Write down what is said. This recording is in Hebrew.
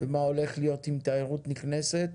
מה הולך להיות עם תיירות נכנסת,